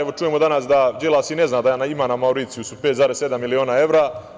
Evo, čujemo danas da Đilas i ne zna da ima na Mauricijusu 5,7 miliona evra.